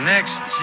Next